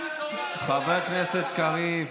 חבר הכנסת קריב,